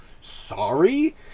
sorry